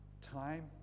time